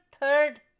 third